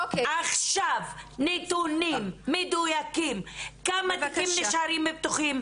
עכשיו נתונים מדוייקים כמה תיקים נשארים פתוחים,